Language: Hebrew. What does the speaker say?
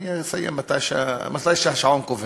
אני אסיים מתי שהשעון קובע.